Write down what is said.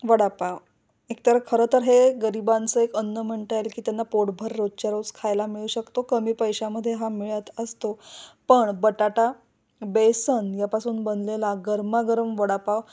वडापाव एकतर खरं तर हे गरिबांचं एक अन्न म्हणता येईल की त्यांना पोटभर रोजच्या रोज खायला मिळू शकतो कमी पैशामध्ये हा मिळत असतो पण बटाटा बेसन यापासून बनलेला गरमा गरम वडापाव